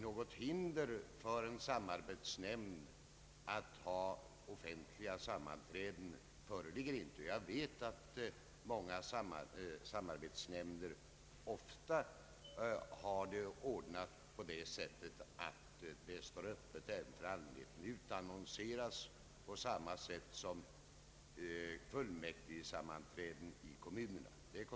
Något hinder för en samarbetsnämnd att ha offentliga sammanträden föreligger inte. Jag vet att många samarbetsnämnder ofta har ordnat det så att deras sammanträden är öppna för allmänheten. Dessa utannonseras på samma sätt som fullmäktigesammanträden i kommunerna.